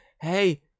hey